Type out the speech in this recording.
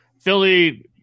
Philly